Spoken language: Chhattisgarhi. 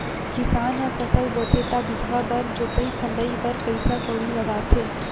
किसान ह फसल बोथे त बीजहा बर, जोतई फंदई बर पइसा कउड़ी लगाथे